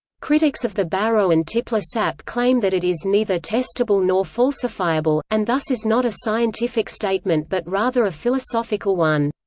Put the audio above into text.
critics of the barrow and tipler sap claim that it is neither testable nor falsifiable, and thus is not a scientific statement but rather a philosophical one.